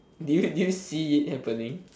did you did you see it happening